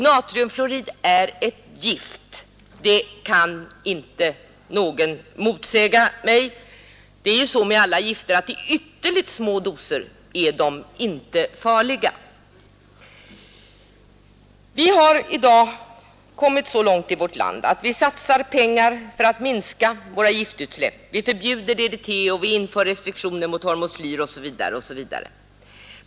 Natriumfluorid är ett gift, på den punkten kan inte någon motsäga mig. Det är ju så med alla gifter att i ytterligt små doser är de inte farliga. Vi har i dag kommit så långt i vårt land att vi satsar pengar för att minska våra giftutsläpp, vi förbjuder DDT, vi inför restriktioner för användningen av hormoslyr osv.